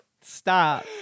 stop